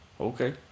Okay